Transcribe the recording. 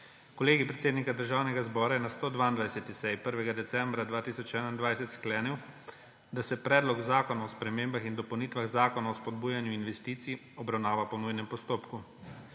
Kolegij predsednika Državnega zbora je na 122. seji 1. decembra 2021, sklenil, da se Predlog zakona o spremembah in dopolnitvah Zakona o spodbujanju investicij obravnava po nujnem postopku.